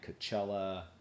Coachella